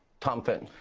tom fitton.